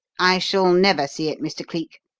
i shall never see it, mr. cleek.